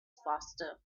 faster